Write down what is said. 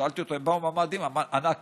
שאלתי אותו אם הם באו מהמאדים והוא ענה שכן.